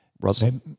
Russell